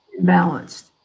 Balanced